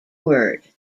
word